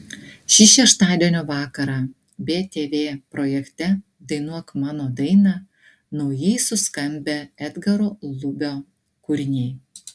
šį šeštadienio vakarą btv projekte dainuok mano dainą naujai suskambę edgaro lubio kūriniai